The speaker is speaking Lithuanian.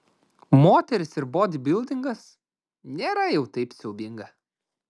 moterys ir bodybildingas nėra jau taip siaubinga